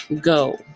go